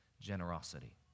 generosity